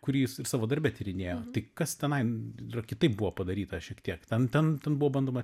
kurį ir savo darbe tyrinėjo tai kas tenai kitaip buvo padaryta šiek tiek ten ten ten buvo bandoma